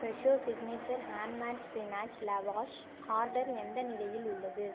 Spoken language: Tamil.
Fresho signature handmade spinach lavash order எந்த நிலையில் உள்ளது